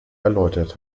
erläutert